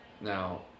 Now